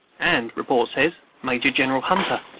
and, report says, major-general hunter.